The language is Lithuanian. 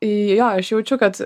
jo aš jaučiu kad